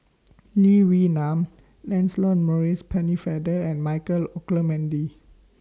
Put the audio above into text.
Lee Wee Nam Lancelot Maurice Pennefather and Michael Olcomendy